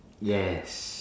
yes